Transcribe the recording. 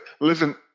listen